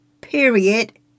period